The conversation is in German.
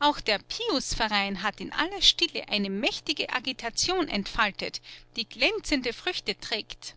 auch der piusverein hat in aller stille eine mächtige agitation entfaltet die glänzende früchte trägt